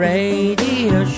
Radio